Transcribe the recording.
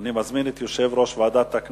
הוראת שעה)